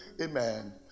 amen